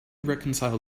reconcile